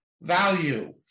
value